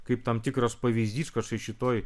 kaip tam tikras pavyzdys kad štai šitoj